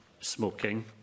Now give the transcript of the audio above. smoking